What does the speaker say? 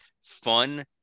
fun